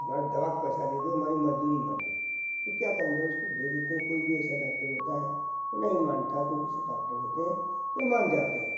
हमारा दवा का पैसा दे दो हमारी मजदूरी मत दो तो क्या करने उसको दे देते हैं कोई कोई ऐसा डाक्टर होता है वो नहीं मानता कोई कोई सा डाक्टर होते हैं तो मान जाते हैं